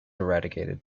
eradicated